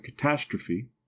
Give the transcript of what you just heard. catastrophe